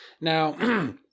Now